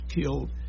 killed